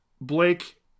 Blake